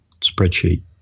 spreadsheet